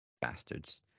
bastards